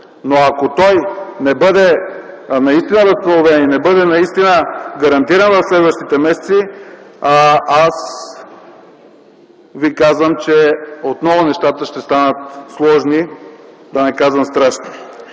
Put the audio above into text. но ако той не бъде наистина възстановен и гарантиран в следващите месеци, аз Ви казвам, че отново нещата ще станат сложни, да не кажа страшни.